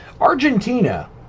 Argentina